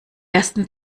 ersten